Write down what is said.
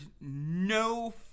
no